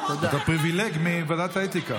אתה פריבילג מוועדת האתיקה.